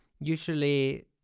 usually